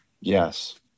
Yes